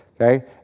Okay